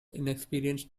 inexperienced